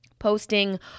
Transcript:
Posting